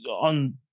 on